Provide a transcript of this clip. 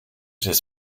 his